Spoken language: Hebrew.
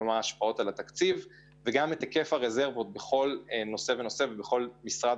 וגם את היקף הרזרבות בכל נושא ובכל משרד.